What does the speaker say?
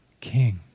king